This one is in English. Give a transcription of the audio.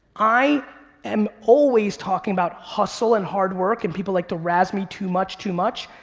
i am always talking about hustle and hard work and people like to razz me, too much, too much.